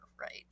right